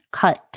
cut